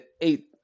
eight